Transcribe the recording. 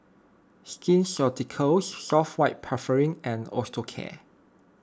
Skin Ceuticals White Soft Paraffin and Osteocare